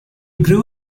grew